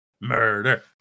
Murder